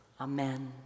Amen